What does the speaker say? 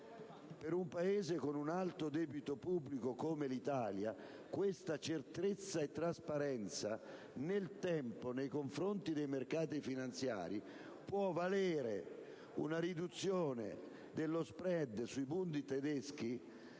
Per un Paese con un alto debito pubblico come l'Italia, questa certezza e questa trasparenza nel tempo, nei confronti dei mercati finanziari, può valere una riduzione dello *spread* sui *Bund* tedeschi